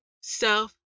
self